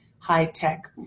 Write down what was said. high-tech